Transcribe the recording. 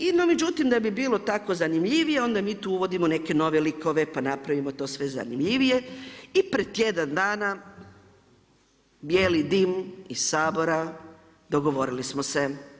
I no međutim da bi bilo tako zanimljivije onda mi tu uvodimo neke nove likove, pa napravimo to sve zanimljivije i pred tjedan dana bijeli dim iz Sabora, dogovorili smo se.